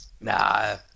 Nah